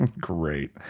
Great